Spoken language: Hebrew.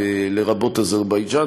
לרבות אזרבייג'ן,